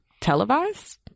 televised